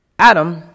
Adam